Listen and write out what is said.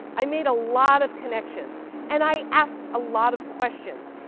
i made a lot of connections and i asked a lot of questions.